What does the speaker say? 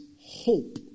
hope